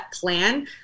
plan